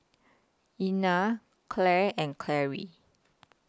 Ina Clare and Carie